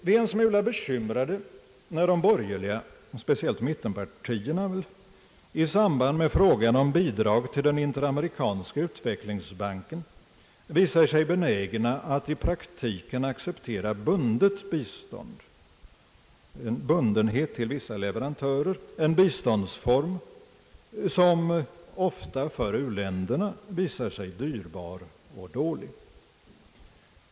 Vi är en smula bekymrade när de borgerliga, speciellt mittenpartierna, i samband med frågan om bidrag till den interamerikanska utvecklingsbanken visar sig benägna att i praktiken acceptera bundet bistånd — en bundenhet till vissa leverantörer — en biståndsform som ofta visar sig dyrbar och dålig för u-länderna.